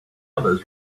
others